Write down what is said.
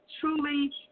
truly